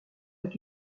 est